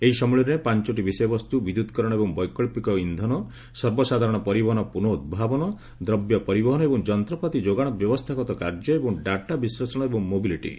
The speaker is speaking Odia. ଏହି ସମ୍ମିଳନୀରେ ପାଞ୍ଚୋଟି ବିଷୟବସ୍ତୁ ବିଦ୍ୟୁତ୍କରଣ ଏବଂ ବୈକଳ୍ପିକ ଇନ୍ଧନ ସର୍ବସାଧାରଣ ପରିବହନ ପୁନଃଉଦ୍ଭାବନ ଦ୍ରବ୍ୟ ପରିବହନ ଏବଂ ଯନ୍ତ୍ରପାତି ଯୋଗାଣ ବ୍ୟବସ୍ଥାଗତ କାର୍ଯ୍ୟ ଏବଂ ଡାଟା ବିଶ୍ଲେଷ ଏବଂ ମୋବିଲିଟ୍